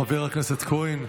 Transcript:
חבר הכנסת כהן,